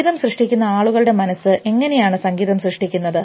സംഗീതം സൃഷ്ടിക്കുന്ന ആളുകളുടെ മനസ്സ് എങ്ങനെയാണ് സംഗീതം സൃഷ്ടിക്കുന്നത്